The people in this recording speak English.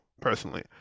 personally